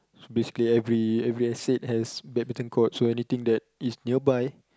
so basically every every estate has badminton court so anything that is nearby